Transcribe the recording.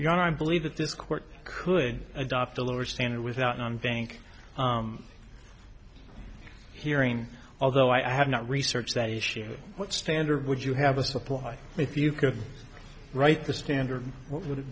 here i believe that this court could adopt a lower standard without non bank hearing although i have not researched that issue what standard would you have a supply if you could write the standard what would it